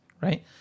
right